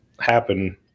happen